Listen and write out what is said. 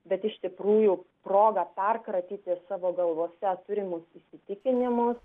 bet iš tikrųjų proga perkratyti savo galvose turimus įsitikinimus